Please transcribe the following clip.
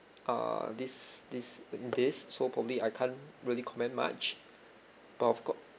err this this in this so probably I can't really comment much but of course